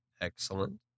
Excellent